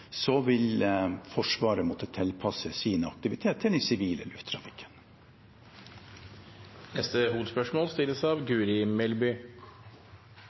vil Forsvaret måtte tilpasse sin aktivitet til den sivile lufttrafikken. Vi går til neste hovedspørsmål.